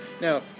now